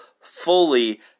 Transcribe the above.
fully